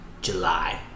July